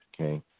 Okay